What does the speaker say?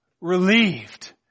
relieved